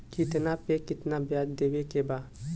कितना पे कितना व्याज देवे के बा?